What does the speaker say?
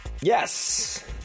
Yes